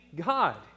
God